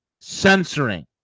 censoring